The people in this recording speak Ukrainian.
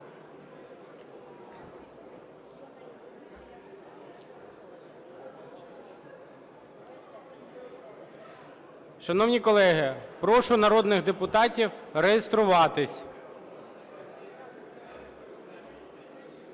Шановні колеги, прошу народних депутатів реєструватись.